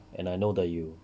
and I know that you